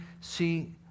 see